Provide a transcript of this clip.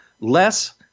less